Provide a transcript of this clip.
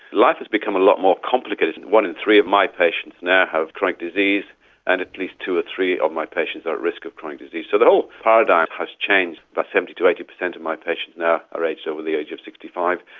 life has become a lot more complicated. one in three of my patients now have chronic disease and at least two or three of my patients are at risk of chronic disease. so the whole paradigm has changed. about seventy to eighty per cent of my patients now are aged over the age of sixty five,